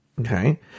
Okay